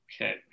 Okay